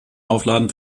aufladen